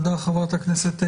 תודה לחברת הכנסת לסקי.